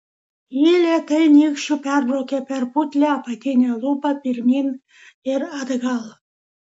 ji lėtai nykščiu perbraukė per putlią apatinę lūpą pirmyn ir atgal